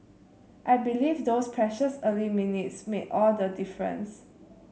I believe those precious early minutes made all the difference